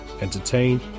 entertain